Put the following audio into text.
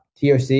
TOC